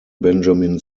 benjamin